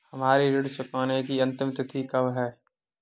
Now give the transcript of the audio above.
हमारी ऋण चुकाने की अंतिम तिथि कब है?